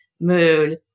mood